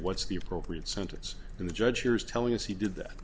what's the appropriate sentence and the judge here is telling us he did that